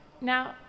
Now